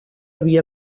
havia